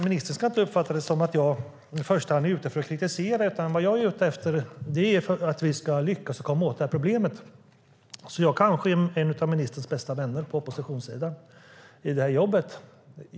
Ministern ska inte uppfatta det som att jag i första hand är ute efter att kritisera. Vad jag är ute efter är att vi ska lyckas komma åt detta problem, så jag kanske är en av ministerns bästa vänner på oppositionssidan i det här jobbet.